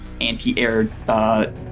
anti-air